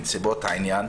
בנסיבות העניין.